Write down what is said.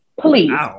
Please